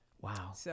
Wow